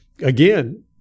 again